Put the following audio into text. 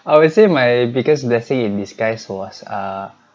I would say my biggest blessing in disguise was ah